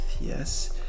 Yes